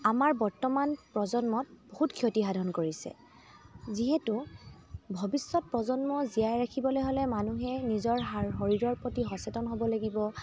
আমাৰ বৰ্তমান প্ৰজন্মত বহুত ক্ষতি সাধন কৰিছে যিহেতু ভৱিষ্যত প্ৰজন্ম জীয়াই ৰাখিবলৈ হ'লে মানুহে নিজৰ শাৰ শৰীৰৰ প্ৰতি সচেতন হ'ব লাগিব